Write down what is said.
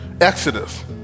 Exodus